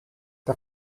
the